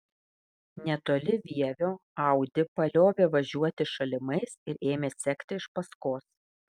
netoli vievio audi paliovė važiuoti šalimais ir ėmė sekti iš paskos